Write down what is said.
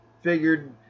figured